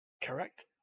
Correct